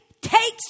takes